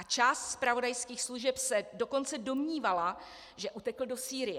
Část zpravodajských služeb se dokonce domnívala, že utekl do Sýrie.